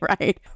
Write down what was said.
right